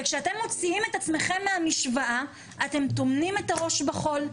וכשאתם מוציאים את עצמכם מהמשוואה אתם טומנים את הראש בחול,